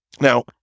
Now